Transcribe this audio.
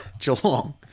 Geelong